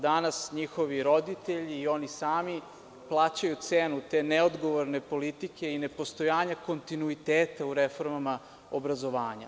Danas njihovi roditelji i oni sami plaćaju cenu te neodgovorne politike i nepostojanja kontinuiteta u reformama obrazovanja.